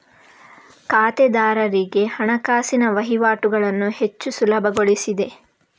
ಖಾತೆದಾರರಿಗೆ ಹಣಕಾಸಿನ ವಹಿವಾಟುಗಳನ್ನು ಹೆಚ್ಚು ಸುಲಭಗೊಳಿಸಿದೆ